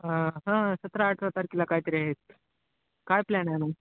आ हा सतरा अठरा तारखेला कायतरी आहेत काय प्लॅन आहे मग